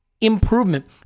Improvement